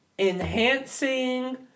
Enhancing